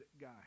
guy